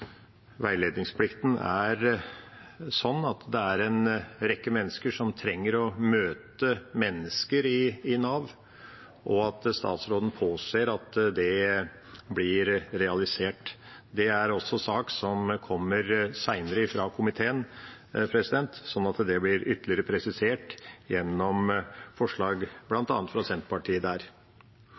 veiledningsplikten er sånn at det er en rekke mennesker som trenger å møte mennesker i Nav, og at statsråden påser at det blir realisert. Det er også en sak som kommer fra komiteen senere, sånn at det blir ytterligere presisert gjennom forslag fra bl.a. Senterpartiet.